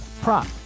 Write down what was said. prop